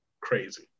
Crazy